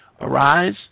arise